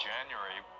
January